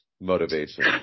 motivation